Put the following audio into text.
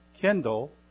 kindle